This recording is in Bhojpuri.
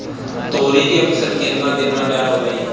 तोरी के फसल केतना दिन में तैयार हो जाई?